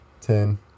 Ten